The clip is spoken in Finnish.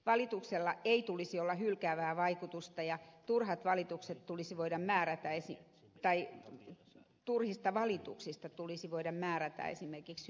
valituksella ei tulisi olla hylkäävää vaikutusta ja turhat valitukset tulisi voida määrätä esi tai turhista valituksista tulisi voida määrätä esimerkiksi hyvityslasku